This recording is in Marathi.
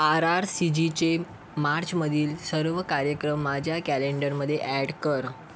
आर आर सी जीचे मार्चमधील सर्व कार्यक्रम माझ्या कॅलेंडरमधे ॲड कर